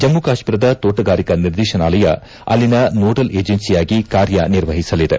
ಜಮ್ಮು ಕಾಶ್ಮೀರದ ತೋಣಗಾರಿಕಾ ನಿರ್ದೇಶನಾಲಯ ಅಲ್ಲಿನ ನೋಡಲ್ ಏಜೆನ್ಸಿಯಾಗಿ ಕಾರ್ಯನಿರ್ವಹಿಸಲಿದೆ